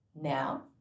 now